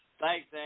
Thanks